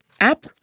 app